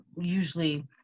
usually